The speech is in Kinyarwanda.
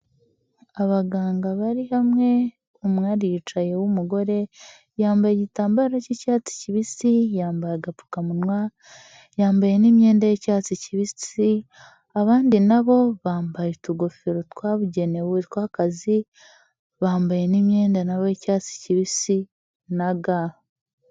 Abaganga bari hamwe, umwe ari yicaye w'umugore yambaye igitambaro cy'icyatsi kibisi yambaye agapfukamunwa yambaye n'imyenda y'icyatsi kibisi abandi nabo bambaye utugofero twabugenewe tw'akazi bambaye imyenda na wo w'icyatsi kibisi na ga.